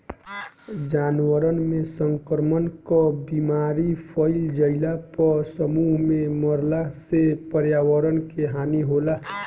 जानवरन में संक्रमण कअ बीमारी फइल जईला पर समूह में मरला से पर्यावरण के हानि होला